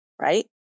right